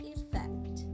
Effect